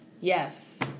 yes